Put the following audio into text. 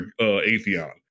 Atheon